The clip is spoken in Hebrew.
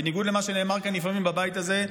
בניגוד למה שנאמר כאן לפעמים בבית הזה,